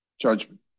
judgment